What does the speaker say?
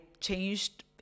changed